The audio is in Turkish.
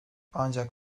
ancak